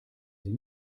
sie